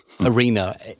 arena